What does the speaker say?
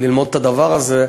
ללמוד את הדבר הזה,